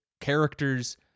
characters